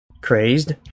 Crazed